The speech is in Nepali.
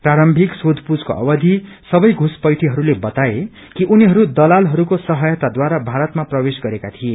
पारम्भिक सोधपूछको अवधि सबै पुपैइीहरूले वताए कि उनीहरू दलालहरूको सहायताद्वारा भारतामा प्रवेश गरेका थिए